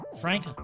frank